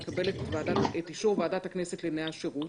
מקבל את אישור ועדת הכנסת לענייני השירות,